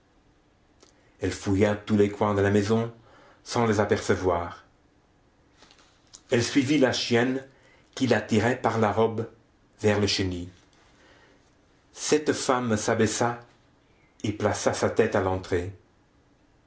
elle fouilla tous les coins de la maison sans les apercevoir elle suivit la chienne qui la tirait par la robe vers le chenil cette femme s'abaissa et plaça sa tête à l'entrée